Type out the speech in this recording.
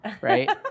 right